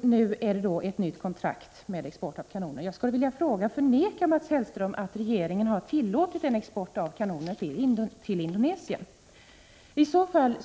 Nu är det då fråga om ett nytt kontrakt om export av kanoner. Jag skulle vilja fråga: Förnekar Mats Hellström att regeringen har tillåtit export av kanoner till Indonesien? Om sådan